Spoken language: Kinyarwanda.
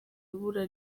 ibura